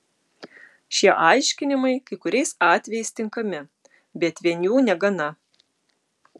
šie aiškinimai kai kuriais atvejais tinkami bet vien jų negana